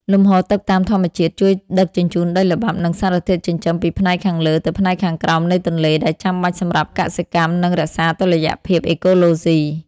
លំហូរទឹកតាមធម្មជាតិជួយដឹកជញ្ជូនដីល្បាប់ និងសារធាតុចិញ្ចឹមពីផ្នែកខាងលើទៅផ្នែកខាងក្រោមនៃទន្លេ ដែលចាំបាច់សម្រាប់កសិកម្ម និងរក្សាតុល្យភាពអេកូឡូស៊ី។